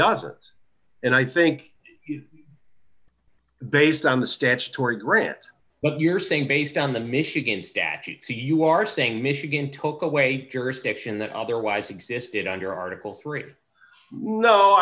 doesn't and i think based on the statutory grant what you're saying based on the michigan statute to you are saying michigan took away terrorist action that otherwise existed under article three